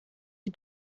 die